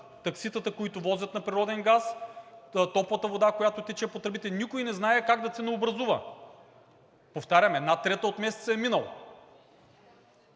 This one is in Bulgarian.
такситата, които возят на природен газ, топлата вода, която тече по тръбите – никой не знае как да ценообразува?! Повтарям, една трета от месеца е минала